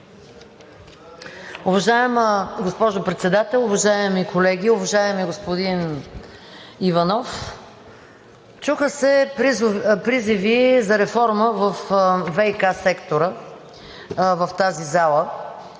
Уважаема госпожо Председател, уважаеми колеги, уважаеми господин Иванов! Чуха се призиви за реформа във ВиК сектора в тази зала,